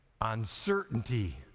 Uncertainty